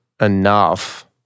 enough